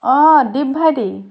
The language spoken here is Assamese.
অঁ দীপ ভাইটি